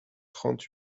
trente